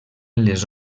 les